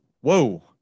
whoa